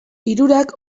hirurak